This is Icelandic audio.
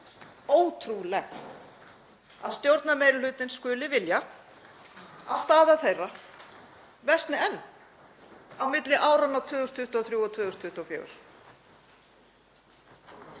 ótrúlegt að stjórnarmeirihlutinn skuli vilja að staða þeirra versni enn á milli áranna 2023 og 2024.